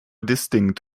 distinct